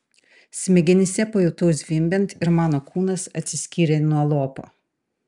smegenyse pajutau zvimbiant ir mano kūnas atsiskyrė nuo lopo